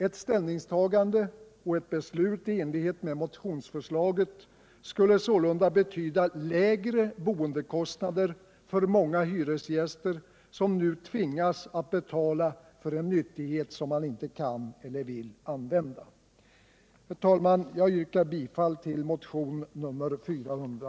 Ett ställningstagande och ett beslut i enlighet med motionsförslaget skulle sålunda betyda lägre boendekostnader för många hyresgäster som nu tvingas att betala för en nyttighet som de inte kan eller vill använda.